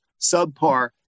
subpar